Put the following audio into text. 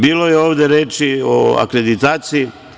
Bilo je ovde reči o akreditaciji.